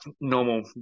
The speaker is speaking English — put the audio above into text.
normal